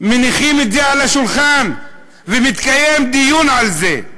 מניחים את זה על השולחן ומתקיים דיון על זה.